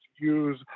use